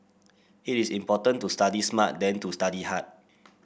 it is important to study smart than to study hard